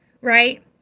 right